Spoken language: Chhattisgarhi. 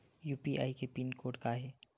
यू.पी.आई के पिन कोड का हे?